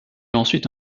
ensuite